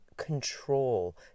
control